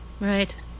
Right